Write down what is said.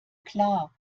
klar